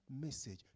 message